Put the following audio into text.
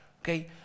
okay